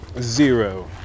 Zero